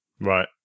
Right